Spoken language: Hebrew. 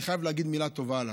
אני חייב להגיד מילה טובה עליו.